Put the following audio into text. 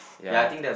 ya